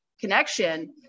connection